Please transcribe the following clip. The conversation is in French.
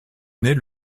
naît